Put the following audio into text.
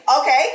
Okay